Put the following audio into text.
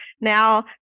Now